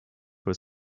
was